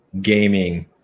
gaming